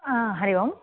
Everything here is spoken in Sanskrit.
हरिः ओम्